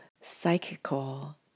psychical